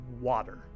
water